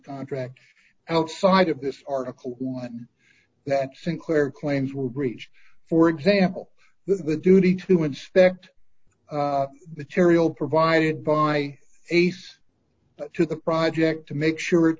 contract outside of this article one that sinclair claims were breached for example the duty to inspect the tiriel provided by ace but to the project to make sure it